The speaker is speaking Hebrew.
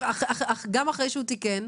גם אחרי שהוא תיקן,